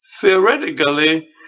theoretically